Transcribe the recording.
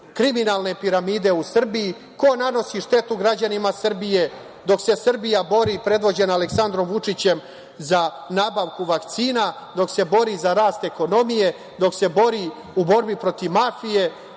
kriminalne piramide u Srbiji, ko nanosi štetu građanima Srbije, dok se Srbija bori, predvođena Aleksandrom Vučićem za nabavku vakcina, dok se bori za rast ekonomije, dok se bori u borbi protiv mafije